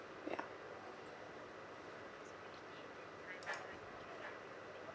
ya